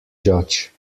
judge